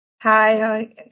Hi